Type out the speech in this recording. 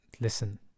listen